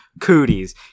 Cooties